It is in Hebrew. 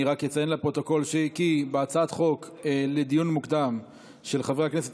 אני רק אציין לפרוטוקול שבהצעת חוק לדיון מוקדם של חבר הכנסת